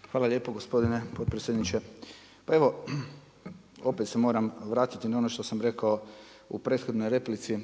(HDZ)** Hvala lijepo gospodine potpredsjedniče. Pa evo, opet se moram vratiti na ono što sam rekao u prethodnoj replici,